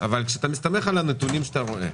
אבל כשאתה מסתמך על הנתונים שאתה רואה,